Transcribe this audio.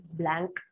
blank